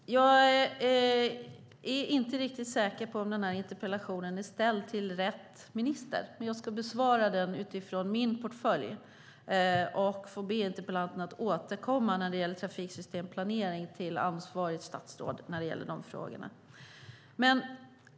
Fru talman! Jag är inte riktigt säker på om interpellationen är ställd till rätt minister, men jag ska besvara den utifrån min portfölj. Jag får be interpellanten återkomma till ansvarigt statsråd när det gäller trafiksystemplanering.